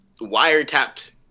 wiretapped